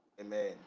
Amen